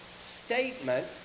statement